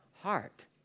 heart